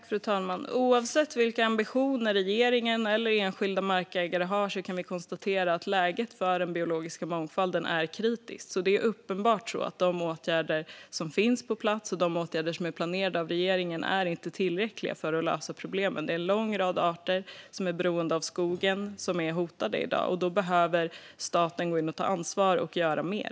Fru talman! Oavsett vilka ambitioner regeringen eller enskilda markägare har kan vi konstatera att läget för den biologiska mångfalden är kritiskt. Det är uppenbart att de åtgärder som finns på plats och de åtgärder som är planerade av regeringen är inte tillräckliga för att lösa problemen. En lång rad arter som är beroende av skogen är hotade i dag, och då behöver staten gå in och ta ansvar och göra mer.